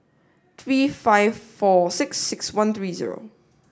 three five four six six one three zero